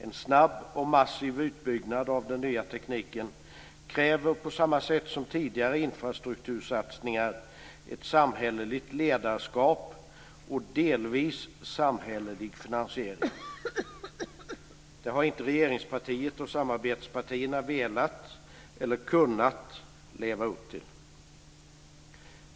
En snabb och massiv utbyggnad av den nya tekniken kräver på samma sätt som tidigare infrastruktursatsningar, ett samhälleligt ledarskap och delvis samhällelig finansiering. Det har inte regeringspartiet och samarbetspartierna velat eller kunnat leva upp till.